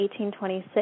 1826